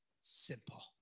simple